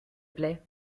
plaît